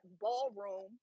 ballroom